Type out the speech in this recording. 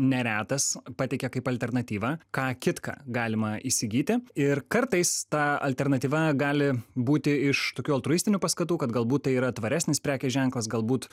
neretas pateikia kaip alternatyvą ką kitką galima įsigyti ir kartais ta alternatyva gali būti iš tokių altruistinių paskatų kad galbūt tai yra tvaresnis prekės ženklas galbūt